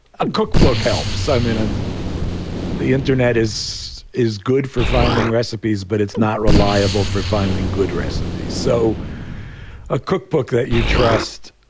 a cookbook helps. i mean, and the internet is is good for finding recipes, but it's not reliable for finding good recipes. so a cookbook that you trust.